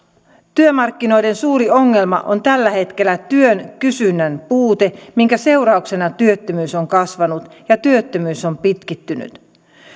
työmarkkinoiden suuri ongelma on tällä hetkellä työn kysynnän puute minkä seurauksena työttömyys on kasvanut ja työttömyys on pitkittynyt